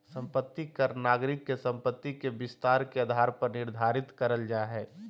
संपत्ति कर नागरिक के संपत्ति के विस्तार के आधार पर निर्धारित करल जा हय